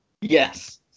Yes